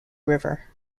river